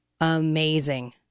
Amazing